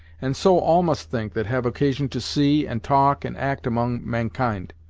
and so all must think that have occasion to see, and talk, and act among mankind.